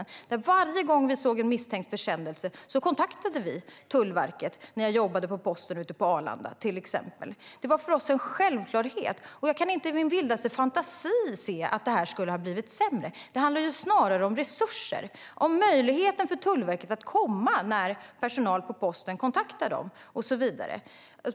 När jag jobbade på posten ute på Arlanda och vi såg en misstänkt försändelse kontaktade vi varje gång Tullverket, som exempel. Det var för oss en självklarhet, och jag kan inte i min vildaste fantasi se att det här skulle ha blivit sämre. Det handlar snarare om resurser, om Tullverkets möjlighet att komma när personal på posten kontaktar dem och så vidare.